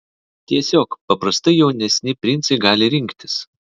tiesiog paprastai jaunesni princai gali rinktis